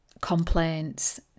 complaints